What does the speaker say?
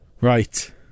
Right